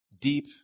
deep